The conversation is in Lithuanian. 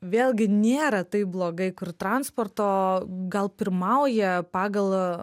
vėlgi nėra taip blogai kur transporto gal pirmauja pagal